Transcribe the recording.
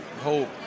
hope